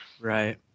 Right